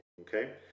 okay